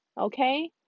okay